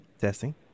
Testing